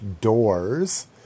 doors